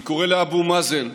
אני קורא לאבו מאזן,